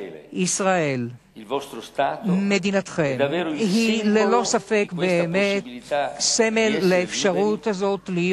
ישראל מדינתכם היא בלי ספק סמל לאפשרות הזאת להיות